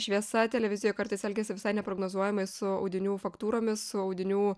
šviesa televizijoj kartais elgiasi visai neprognozuojamai su audinių faktūromis su audinių